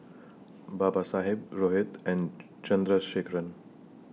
Babasaheb Rohit and Chandrasekaran